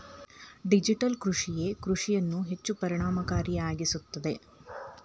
digital ಕೃಷಿಯೇ ಕೃಷಿಯನ್ನು ಹೆಚ್ಚು ಪರಿಣಾಮಕಾರಿಯಾಗಿಸುತ್ತದೆ